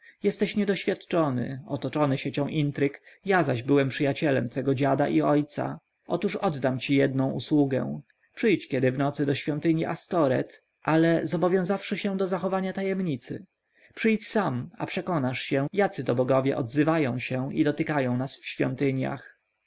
jesteś niedoświadczony otoczony siecią intryg ja zaś byłem przyjacielem twego dziada i ojca otóż oddam ci jedną usługę przyjdź kiedy w nocy do świątyni astoreth ale zobowiązawszy się do zachowania tajemnicy przyjdź sam a przekonasz się jacy to bogowie odzywają się i dotykają nas w świątyniach